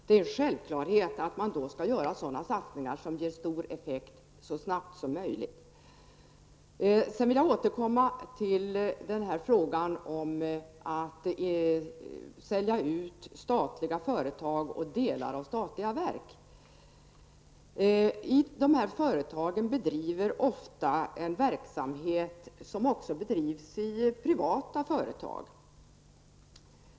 Det är en självklarhet att man skall göra sådana satsningar som ger stor effekt så snabbt som möjligt. Sedan vill jag återkomma till frågan om att sälja ut statliga företag och delar av statliga verk. Dessa företag bedriver ofta sådan verksamhet som också bedrivs i privata företag.